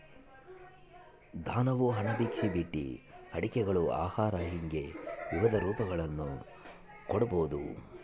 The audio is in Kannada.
ದಾನವು ಹಣ ಭಿಕ್ಷೆ ಬಟ್ಟೆ ಆಟಿಕೆಗಳು ಆಹಾರ ಹಿಂಗೆ ವಿವಿಧ ರೂಪಗಳನ್ನು ಕೊಡ್ಬೋದು